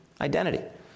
identity